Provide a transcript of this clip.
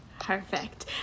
Perfect